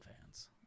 fans